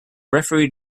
referee